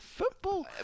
Football